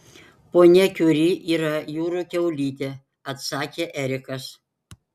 ponia kiuri yra jūrų kiaulytė atsakė erikas